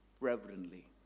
reverently